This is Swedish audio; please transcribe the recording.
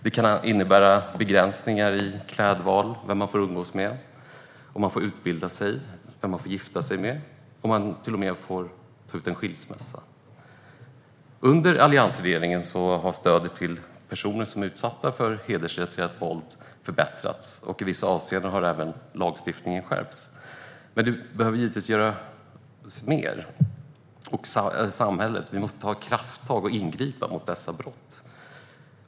Det kan innebära begränsningar av klädval, av vem man får umgås med, av möjligheterna till utbildning, av vem man får gifta sig med och till och med av rätten att ta ut skilsmässa. Under alliansregeringen förbättrades stödet till personer utsatta för hedersrelaterat våld. I vissa avseenden skärptes även lagstiftningen. Men det behöver givetvis göras mer av samhället. Vi måste ta krafttag och ingripa mot dessa brott.